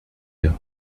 you